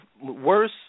worse